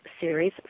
series